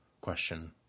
question